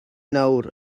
nawr